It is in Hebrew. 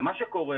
מה שקורה,